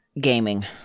gaming